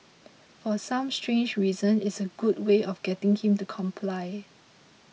for some strange reason it's a good way of getting him to comply